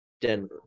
Denver